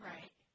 Right